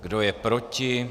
Kdo je proti?